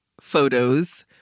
photos